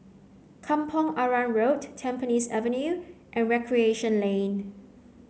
Kampong Arang Road Tampines Avenue and Recreation Lane